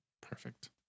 Perfect